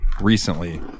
recently